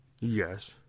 Yes